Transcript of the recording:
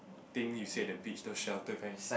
thing you see at the beach those shelter kind